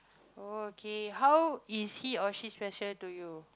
oh okay how is he or she special to you